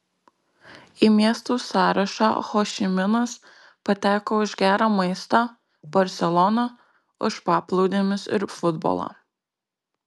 į miestų sąrašą ho ši minas pateko už gerą maistą barselona už paplūdimius ir futbolą